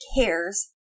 cares